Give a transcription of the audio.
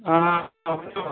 آ کُم چھِو حظ